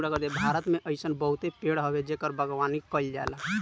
भारत में अइसन बहुते पेड़ हवे जेकर बागवानी कईल जाला